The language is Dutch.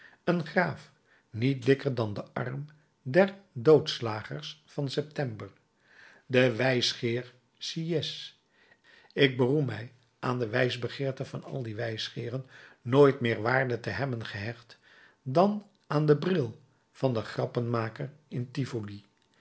een graaf niet dikker dan de arm der doodslagers van september de wijsgeer sieyès ik beroem mij aan de wijsbegeerte van al die wijsgeeren nooit meer waarde te hebben gehecht dan aan den bril van den grappenmaker in tivoli